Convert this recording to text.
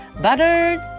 buttered